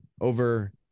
Over